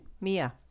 Mia